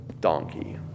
donkey